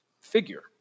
figure